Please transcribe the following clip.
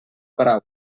paraula